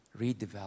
redevelop